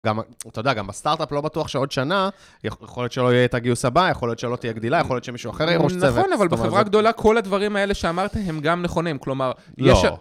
אתה יודע, גם בסטארט-אפ לא בטוח שעוד שנה יכול להיות שלא יהיה את הגיוס הבא, יכול להיות שלא תהיה גדילה, יכול להיות שמישהו אחר יהיה ראש צוות. נכון, אבל בחברה גדולה כל הדברים האלה שאמרת הם גם נכונים, כלומר, יש...